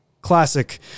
classic